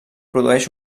produeix